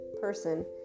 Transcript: person